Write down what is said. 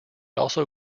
also